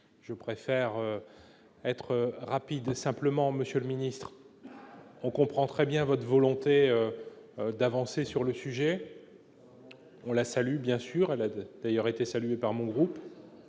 je préfère être rapide. Monsieur le ministre, nous comprenons très bien votre volonté d'avancer sur le sujet. Nous la saluons, bien sûr, elle a d'ailleurs été saluée par mon groupe.